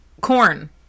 corn